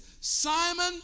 Simon